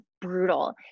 brutal